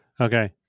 Okay